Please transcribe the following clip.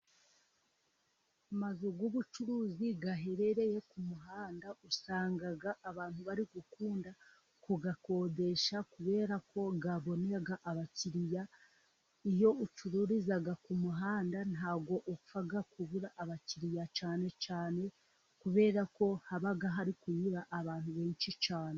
Amazu y'ubucuruzi aherereye ku muhanda usanga abantu bari gukunda kuyakodesha kuberako abona abakiriya. Iyo ucururiza ku muhanda ntabwo upfa kubura abakiriya, cyane cyane kuberako haba hari kunyura abantu benshi cyane.